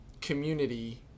community